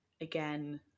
again